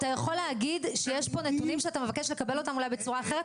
אתה יכול לומר שיש פה נתונים שאתה מבקש לקבל אותם בצורה אחרת.